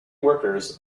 workers